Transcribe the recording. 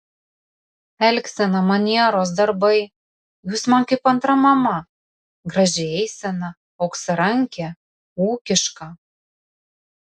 elgsena manieros darbai jūs man kaip antra mama graži eisena auksarankė ūkiška